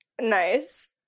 Nice